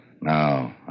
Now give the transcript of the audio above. No